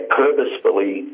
purposefully